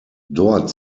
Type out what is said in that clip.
dort